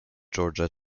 georgia